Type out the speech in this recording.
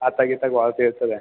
ಅತ್ತಾಗ ಇತ್ತಾಗ ವಾಲ್ತಾ ಇರ್ತವೆ